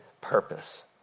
purpose